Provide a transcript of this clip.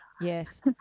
Yes